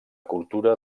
cultura